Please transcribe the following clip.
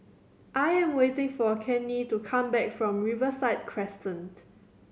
I am waiting for Kenney to come back from Riverside Crescent